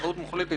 אחריות מוחלטת,